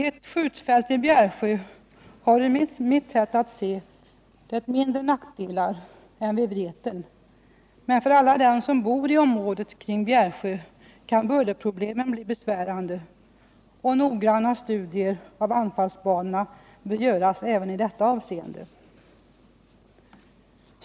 Ett skjutfält vid Bjärsjö har enligt mitt sätt att se mindre nackdelar än ett vid Vreten, men för alla dem som bor i området kring Bjärsjö kan bullerproblemet bli besvärande, och noggranna studier av anfallsbanorna bör göras även i detta avseende.